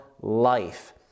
life